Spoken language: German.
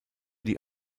die